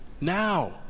Now